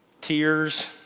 tears